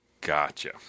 Gotcha